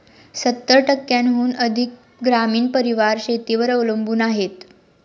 सत्तर टक्क्यांहून अधिक ग्रामीण परिवार शेतीवर अवलंबून आहेत